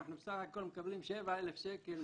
אנחנו סך הכול מקבלים 7,000 שקל,